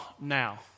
now